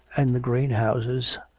and the greenhouses.